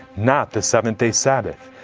not the seventh-day sabbath.